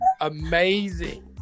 amazing